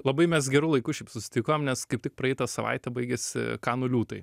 labai mes geru laiku šiaip susitikom nes kaip tik praeitą savaitę baigėsi kanų liūtai